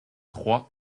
trois